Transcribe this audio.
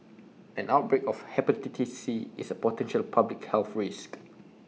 an outbreak of Hepatitis C is A potential public health risk